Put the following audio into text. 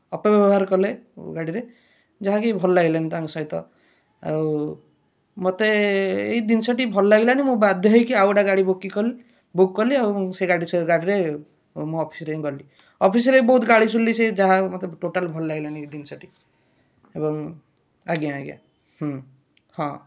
ଅପବ୍ୟବହାର କଲେ ଗାଡ଼ିରେ ଯାହାକି ଭଲ ଲାଗିଲାନି ତାଙ୍କ ସହିତ ଆଉ ମତେ ଏଇ ଜିନିଷଟି ଭଲ ଲାଗିଲାନି ମୁଁ ବାଧ୍ୟ ହୋଇକି ଆଉ ଗୋଟିଏ ଗାଡ଼ି ବୁକ୍ କଲି ଆଉ ମୁଁ ସେଇ ଗାଡ଼ି ସେହି ଗାଡ଼ିରେ ମୁଁ ଅଫିସ୍ରେ ଗଲି ଅଫିସ୍ରେ ବି ବହୁତ ଗାଳି ଶୁଣିଲି ସେ ଯାହା ହେଉ ମୋତେ ଟୋଟାଲ୍ ଭଲ ଲାଗିଲାନି ଜିନିଷଟି ଏବଂ ଆଜ୍ଞା ଆଜ୍ଞା ହୁଁ ହଁ